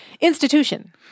Institution